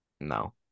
No